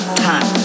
time